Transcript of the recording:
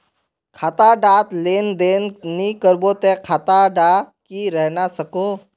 खाता डात लेन देन नि करबो ते खाता दा की रहना सकोहो?